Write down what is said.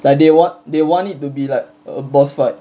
like they what they want it to be like a boss fight